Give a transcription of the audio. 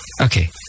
Okay